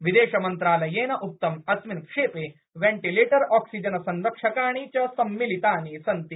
विदेशमन्त्रालयेन उक्तम् अस्मिन् क्षेपे वेण्टिलेटर् आक्सीजनसंरक्षकाणि च सम्मिलितानि सन्ति